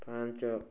ପାଞ୍ଚ